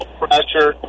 pressure